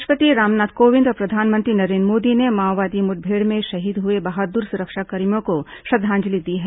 राष्ट्रपति रामनाथ कोविंद और प्रधानमंत्री नरेन्द्र मोदी ने माओवादी मुठभेड़ में शहीद हुए बहादुर सुरक्षाकर्मियों को श्रद्वांजलि दी है